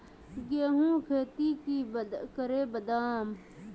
गेंहू खेती की करे बढ़ाम?